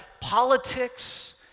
politics